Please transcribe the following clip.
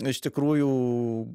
iš tikrųjų